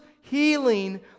healing